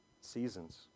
seasons